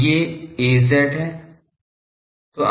तो ये Az है